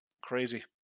Crazy